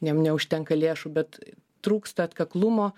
jiem neužtenka lėšų bet trūksta atkaklumo